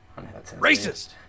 Racist